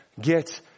get